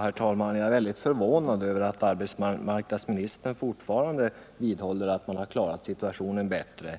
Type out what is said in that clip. Herr talman! Jag är väldigt förvånad över att arbetsmarknadsministern fortfarande vidhåller att man har klarat situationen bättre